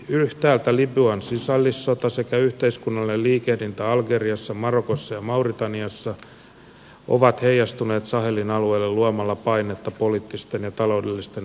yhtäältä libyan sisällissota sekä yhteiskunnallinen liikehdintä algeriassa marokossa ja mauritaniassa ovat heijastuneet sahelin alueelle luomalla painetta poliittisten ja taloudellisten uudistusten toteuttamiseksi